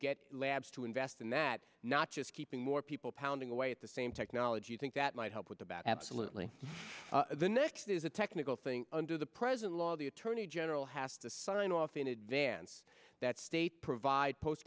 get labs to invest in that not just keeping more people pounding away at the same technology think that might help with the back absolutely the next is a technical thing under the present law the attorney general has to sign off in advance that state provide post